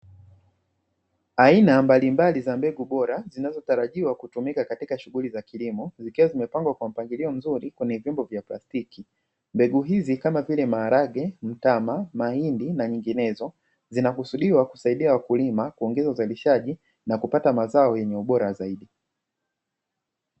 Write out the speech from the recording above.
Aina mbalimbali za mbegu bora zinazo tarajiwa kutumika katika shughuli za kilimo, zikiwa zimepangiliwa vizuri katika vyombo vya plastiki mbegu hizi kama vile: mtama, maharage, mahindi na nyinginezo zinakusudia kusaidia wakulima kuongeza uzalishaji na kupata mazao yenye ubora zaidi.